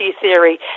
theory